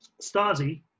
stasi